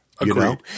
Agreed